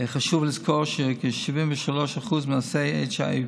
חשוב לזכור שכ-73% מנשאי ה-HIV